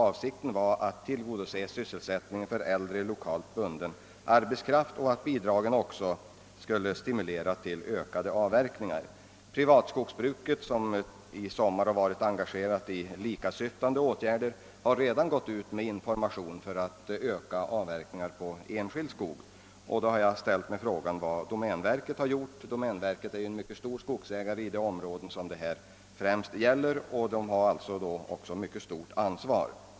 Avsikten var att tillgodose sysselsättningen för äldre, lokalt bunden arbets kraft och stimulera till ökade avverkningar. Privatskogsbruken, som i sommar har varit engagerade för liknande åtgärder, har redan lämnat informationer för att öka avverkningarna på enskild skog. Detta är alltså bakgrunden till att jag har frågat vad domänverket har gjort — domänverket är ju en stor skogsägare i det område som det här främst gäller och har därför ett mycket stort ansvar.